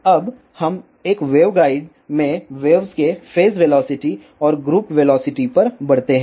अब हम एक वेवगाइड में वेव्स के फेज वेलोसिटी और ग्रुप वेलोसिटी को पर बढ़ते हैं